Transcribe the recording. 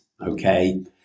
Okay